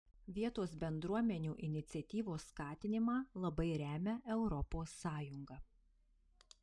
vietos bendruomenių iniciatyvos skatinimą labai remia europos sąjunga